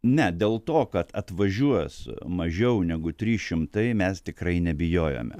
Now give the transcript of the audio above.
ne dėl to kad atvažiuos mažiau negu trys šimtai mes tikrai nebijojome